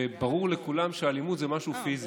וברור לכולם שאלימות זה משהו פיזי.